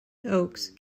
oaks